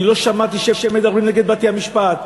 אני לא שמעתי שמדברים נגד בתי-המשפט,